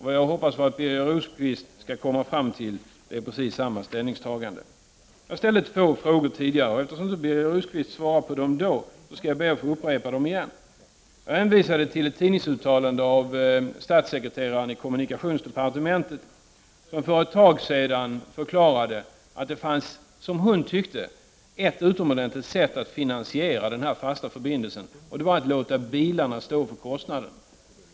Det jag hoppas att Birger Rosqvist skall komma fram till är precis samma ställningstagande. Jag ställde två frågor tidigare. Eftersom inte Birger Rosqvist svarade på dem då, skall jag be att få upprepa dem. Jag hänvisade till ett tidningsuttalande av statssekreteraren i kommunikationsdepartementet, som för ett tag sedan förklarade att det fanns, som hon tyckte, ett utomordentligt sätt att finansiera den fasta förbindelsen. Det var att låta bilarna stå för kostnaden.